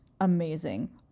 amazing